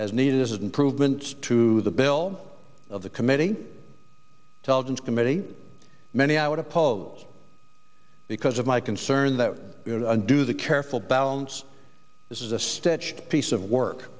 as needed is an improvement to the bill of the committee teligent committee many i would oppose because of my concern that we do the careful balance this is a stitch piece of work